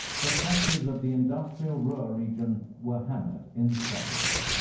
the factories of the industrial ruhr region were hammered incessantly.